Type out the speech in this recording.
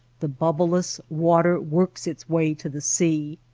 the bubbleless water works its way to the sea.